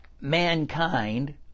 Mankind